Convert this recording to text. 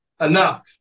enough